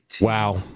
Wow